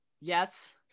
Yes